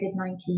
COVID-19